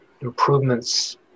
improvements